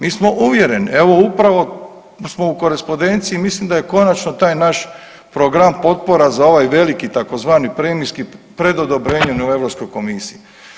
Mi smo uvjereni, evo upravo smo u korespodenciji, mislim da je konačno taj naš program potpora za ovaj veliki tzv. preniski pred odobrenjem u Europskoj komisiji.